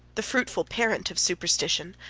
the fruitful parent of superstition,